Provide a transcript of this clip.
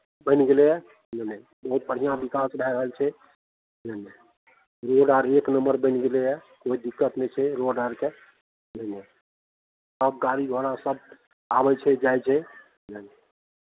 बनि गेलैए बुझलियै बहुत बढ़िआँ विकास भए रहल छै बुझलियै रोड आर एक नम्बर बनि गेलैए कोइ दिक्कत नहि छै रोड आरके बुझलियै सभ गाड़ी घोड़ा सभ आबै छै जाइ छै बुझलियै